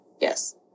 Yes